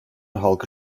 halkı